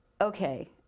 okay